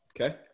Okay